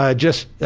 ah just